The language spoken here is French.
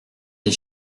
des